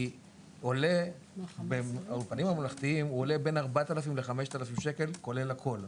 כי באולפנים הממלכתיים הוא עולה בין 4,000 ל-5,000 שקל כולל הכול.